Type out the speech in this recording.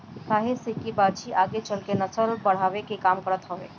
काहे से की बाछी आगे चल के नसल बढ़ावे के काम करत हवे